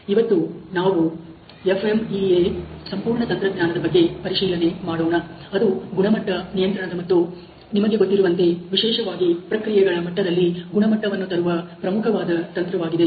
ಇವತ್ತು ನಾವು FMEA ಸಂಪೂರ್ಣ ತಂತ್ರಜ್ಞಾನದ ಬಗ್ಗೆ ಪರಿಶೀಲನೆ ಮಾಡೋಣ ಅದು ಗುಣಮಟ್ಟ ನಿಯಂತ್ರಣದ ಮತ್ತು ನಿಮಗೆ ಗೊತ್ತಿರುವಂತೆ ವಿಶೇಷವಾಗಿ ಪ್ರಕ್ರಿಯೆಗಳ ಮಟ್ಟದಲ್ಲಿ ಗುಣಮಟ್ಟವನ್ನು ತರುವ ಪ್ರಮುಖವಾದ ತಂತ್ರವಾಗಿದೆ